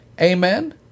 Amen